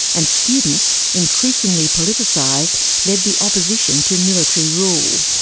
and students, increasingly politicised, led the opposition to military rule.